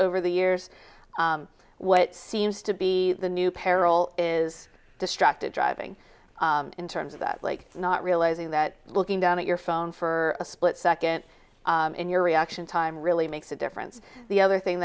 over the years what seems to be the new peril is distracted driving in terms of that like not realizing that looking down at your phone for a split second in your reaction time really makes a difference the other thing